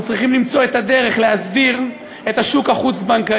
אנחנו צריכים למצוא את הדרך להסדיר את השוק החוץ-בנקאי,